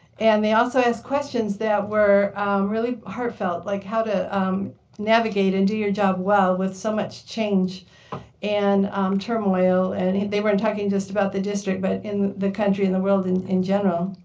and they also asked questions that were really heartfelt, like how to um navigate and do your job good well with so much change and turmoil. and they weren't talking just about the district, but in the country and the world in in general.